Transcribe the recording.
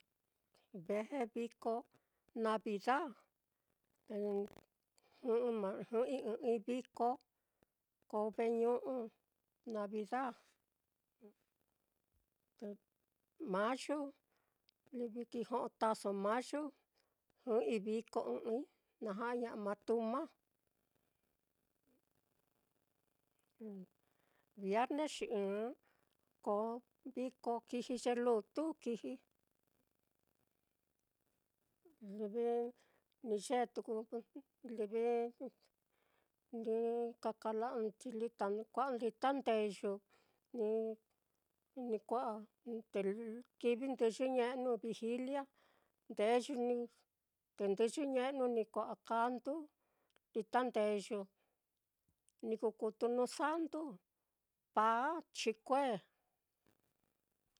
Ve ko navida jɨꞌɨi ɨ́ɨ́n ɨ́ɨ́n-i viko, ko veñu'u navida, mayu livi ki jo'o táaso mayu, jɨ'ɨi viko ɨ́ɨ́n ɨ́ɨ́n-i, naja'aña'a martuma, viarnexi ɨ́ɨ́n koo viko kiji ye lutu kiji, livi ni yee tuku livi ni ka kala'nchi lit-kua'a litandeyu ni ni kua'a, te kivi ndɨyɨ ñe'nu, vijilia, ndeyu ní, te ndɨyɨ ñe'nu ni kua'a kandu litandeyu, ni kuu kutu nuu santu, paan, chikue.